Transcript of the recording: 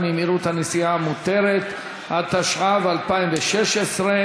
כדי לזכות בנסיעה חלקה בכמה שפחות זמן,